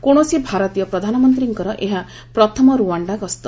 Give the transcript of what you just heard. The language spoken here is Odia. କୌଣସି ଭାରତୀୟ ପ୍ରଧାନମନ୍ତ୍ରୀଙ୍କର ଏହା ପ୍ରଥମ ରୁଆଖା ଗସ୍ତ